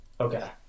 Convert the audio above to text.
Okay